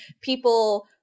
people